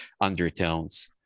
undertones